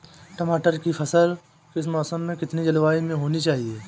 टमाटर की फसल किस मौसम व कितनी जलवायु में होनी चाहिए?